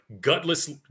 gutless